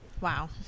Wow